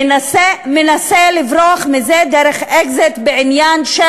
מנסה לברוח מזה דרך exit בעניין של